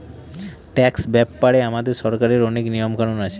tax ব্যাপারে আমাদের সরকারের অনেক নিয়ম কানুন আছে